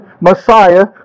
Messiah